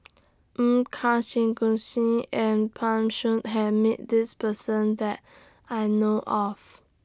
Karthigesu and Pan Shou has Met This Person that I know of